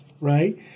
right